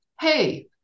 Hey